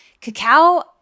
Cacao